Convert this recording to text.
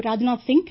Rajnath Singh